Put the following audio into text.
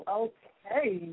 okay